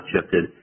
shifted